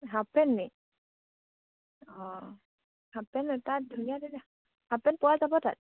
half pant নি অঁ half pant তাত ধুনীয়া ধুনীয়া হাফ পেন্ট পোৱা যাব তাত